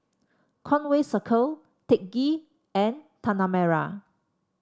Conway Circle Teck Ghee and Tanah Merah